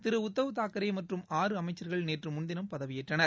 திரு உத்தவ் தாக்கரே மற்றும் ஆறு அமைச்சர்கள் நேற்று முன்தினம் பதவியேற்றனர்